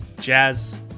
Jazz